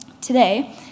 Today